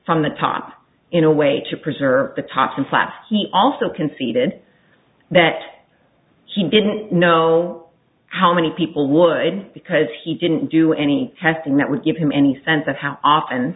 from the top in a way to preserve the toxin class he also conceded that he didn't know how many people would because he didn't do any testing that would give him any sense of how often